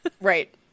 right